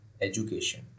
education